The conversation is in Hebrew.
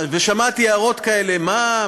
ושמעתי הערות כאלה: מה,